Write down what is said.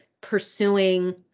pursuing